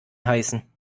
heißen